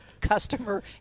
customer